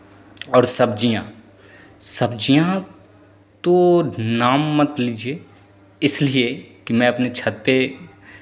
और सब्ज़ियाँ सब्ज़ियाँ तो नाम मत लीजिए इसलिए कि मैं अपने छत पे